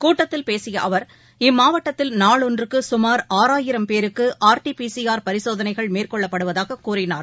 கூட்டத்தில் பேசிய அவர் இம்மாவட்டத்தில் நாளொன்றுக்கு கமார் ஆறாயிரம் பேருக்கு R T P C R பரிசோதனைகள் மேற்கொள்ளப்படுவதாக கூறினார்